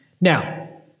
Now